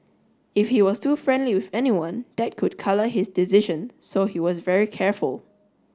if he was too friendly with anyone that could colour his decision so he was very careful